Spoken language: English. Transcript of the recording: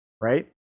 right